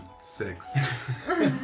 Six